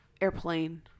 airplane